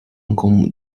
航空母舰